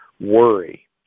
worry